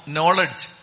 Knowledge